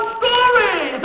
story